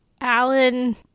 Alan